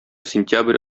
сентябрь